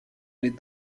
les